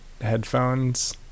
Headphones